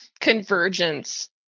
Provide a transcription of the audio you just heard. convergence